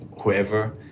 whoever